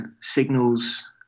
signals